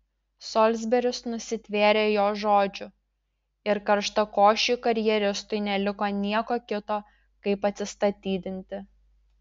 solsberis nusitvėrė jo žodžių ir karštakošiui karjeristui neliko nieko kito kaip atsistatydinti